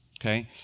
okay